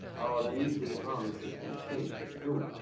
our uneasy armistice with spain is doomed.